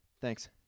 thanks